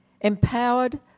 empowered